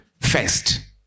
first